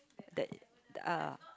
that uh